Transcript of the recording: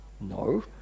No